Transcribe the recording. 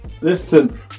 Listen